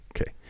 okay